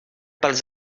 pels